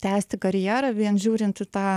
tęsti karjerą vien žiūrint į tą